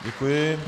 Děkuji.